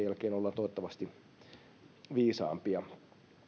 jälkeen ollaan toivottavasti viisaampia